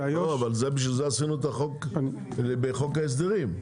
אבל בשביל זה עשינו את החוק בחוק ההסדרים.